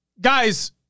Guys